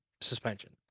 suspension